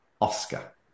Oscar